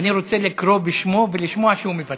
ואני רוצה לקרוא בשמו ולשמוע שהוא מוותר.